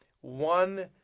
one